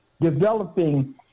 developing